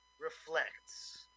reflects